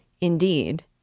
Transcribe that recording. Indeed